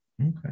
Okay